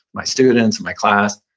my students and my class?